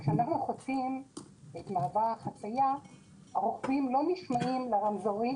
כשאנו חוצים את מעבר החציה הרוכבים לא נשמעים לרמזורים,